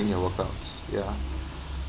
your work out ya